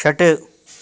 षट